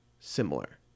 similar